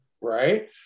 right